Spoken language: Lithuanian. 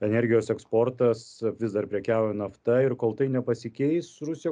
energijos eksportas vis dar prekiauja nafta ir kol tai nepasikeis rusija